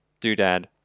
doodad